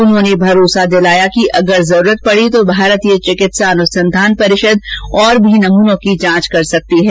उन्होंने भरोसा दिलाया कि अगर आवश्यकता पड़ती है तो भारतीय चिकित्सा अनुसंधान परिषद और भी नमूनों की जांच कर सकती है